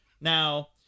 Now